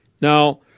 Now